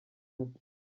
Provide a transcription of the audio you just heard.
ubwe